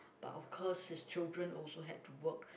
but of course his children also had to work